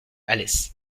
alès